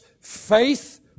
Faith